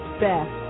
best